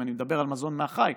אם אני מדבר על מזון מהחי,